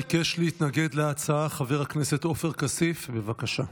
ביקש להתנגד להצעה חבר הכנסת עופר כסיף, בבקשה.